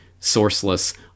sourceless